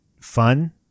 fun